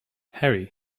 harry